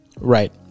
right